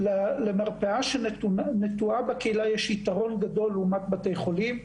למרפאה שנטועה בקהילה יש יתרון גדול לעומת בתי חולים.